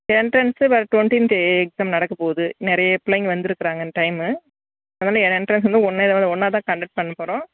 entrance வர்ற twentieth exam நடக்கப்போகுது நிறைய பிள்ளைங்கள் வந்திருக்கிறாங்க இந்த டைமு அதனால எண்ட்ரன்ஸ் வந்து ஒன்றே ஒன்றாதான் கன்டெக்ட் பண்ணப் போகிறோம்